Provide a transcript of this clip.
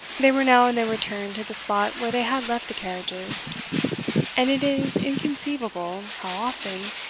they were now on their return to the spot where they had left the carriages and it is inconceivable how often,